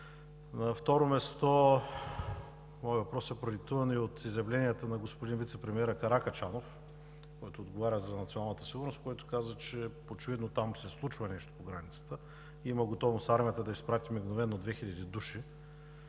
На второ място, моят въпрос е продиктуван и от изявленията на господин вицепремиера Каракачанов, който отговаря за националната сигурност, и каза, че очевидно се случва нещо по границата и армията има готовност да изпрати мигновено 2000 души,